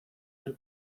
del